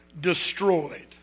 destroyed